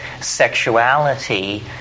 sexuality